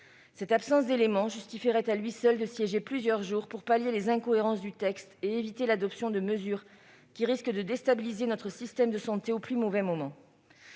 Cette absence d'éléments justifierait à elle seule de siéger pendant plusieurs jours pour pallier les incohérences du texte et pour éviter l'adoption de mesures qui risquent de déstabiliser notre système de santé au plus mauvais moment.